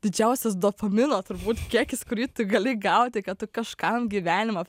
didžiausias dopamino turbūt kiekis kurį tu gali gauti kad tu kažkam gyvenimą